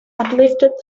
uplifted